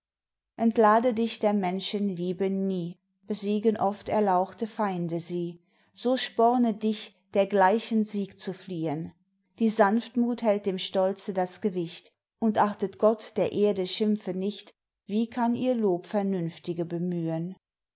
entlade dich der menschenliebe nie besiegen oft erlauchte feinde sie so sporne dich dergleichen sieg zu fliehen die sanftmut hält dem stolze das gewicht und achtet gott der erde schimpfe nicht wie kann ihr lob vernünftige bemühen